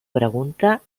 pregunta